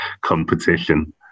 competition